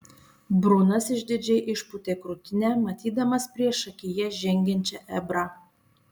brunas išdidžiai išpūtė krūtinę matydamas priešakyje žengiančią ebrą